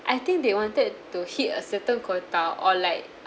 I think they wanted to hit a certain quota or like